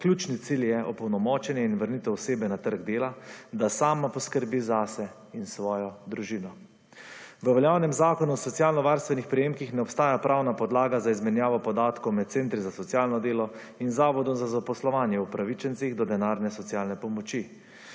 Ključni cilj je opolnomočenje in vrnitev osebe na trg dela, da sama poskrbi zase in svojo družino. V veljavnem Zakonu o socialno-varstvenih prejemkih ne obstaja pravna podlaga za izmenjavo podatkov med centri za socialno delo in Zavodom za zaposlovanje upravičencih do denarne socialne pomoči,